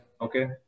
okay